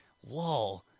whoa